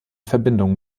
verbindung